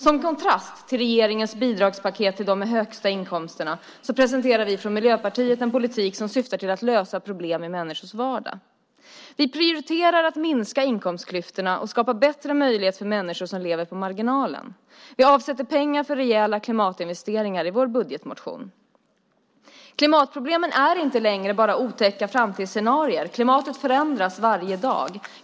Som kontrast till regeringens bidragspaket till dem med de högsta inkomsterna presenterar vi från Miljöpartiet en politik som syftar till att lösa problem i människors vardag. Vi prioriterar att minska inkomstklyftorna och skapa bättre möjligheter för människor som lever på marginalen. Vi avsätter pengar för rejäla klimatinvesteringar i vår budgetmotion. Klimatproblemen är inte längre bara otäcka framtidsscenarier. Klimatet förändras varje dag.